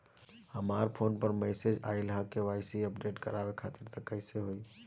हमरा फोन पर मैसेज आइलह के.वाइ.सी अपडेट करवावे खातिर त कइसे होई?